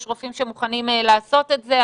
יש רופאים שמוכנים לעשות את זה,